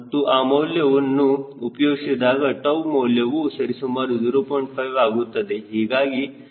ಮತ್ತು ಆ ಮೌಲ್ಯವನ್ನು ಉಪಯೋಗಿಸಿದಾಗ 𝜏 ಮೌಲ್ಯವು ಸರಿಸುಮಾರು 0